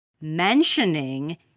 mentioning